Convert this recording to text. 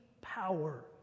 power